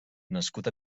nascut